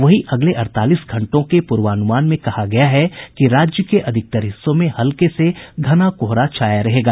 वहीं अगले अड़तालीस घंटों के प्रर्वान्रमान में कहा गया है कि राज्य के अधिकांश हिस्सों में हल्के से घना कोहरा छाया रहेगा